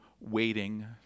waiting